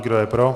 Kdo je pro?